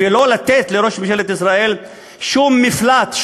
ולא לתת לראש ממשלת ישראל שום מפלט,